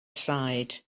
side